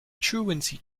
truancy